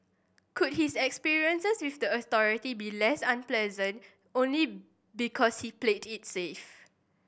could his experiences with the authoritiy be less unpleasant only because he's played it safe